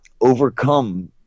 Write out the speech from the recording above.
overcome